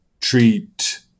treat